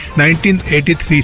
1983